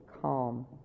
calm